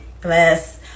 bless